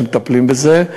שמטפל בזה.